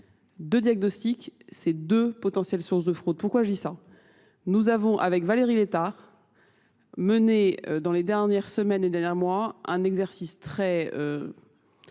Deux diagnostics, c'est deux potentielles sources de fraude. Pourquoi je dis ça ? Nous avons, avec Valérie Létard, mené dans les dernières semaines et derniers mois, un exercice très